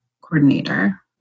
Coordinator